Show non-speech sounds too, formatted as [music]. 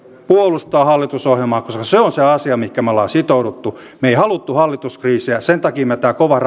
puolustaa hallitusohjelmaa koska se on se asia mihinkä me olemme sitoutuneet me emme halunneet hallituskriisiä sen takia me tämän kovan [unintelligible]